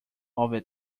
over